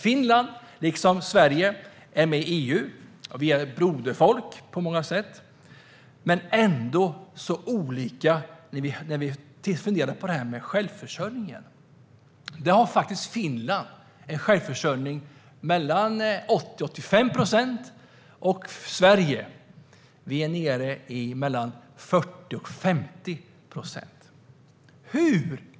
Finland är liksom Sverige med i EU, och vi är på många sätt broderfolk. Men ändå är vi så olika när vi funderar på självförsörjningen. Finland har faktiskt en självförsörjningsgrad på 80-85 procent. Sverige är nere på 40-50 procent.